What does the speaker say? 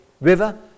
river